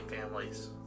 families